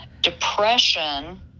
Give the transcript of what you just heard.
Depression